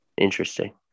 Interesting